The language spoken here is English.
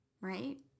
right